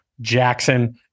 jackson